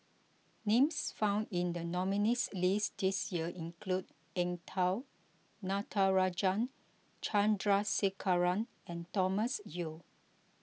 names found in the nominees' list this year include Eng Tow Natarajan Chandrasekaran and Thomas Yeo